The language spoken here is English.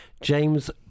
james